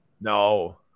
no